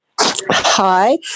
Hi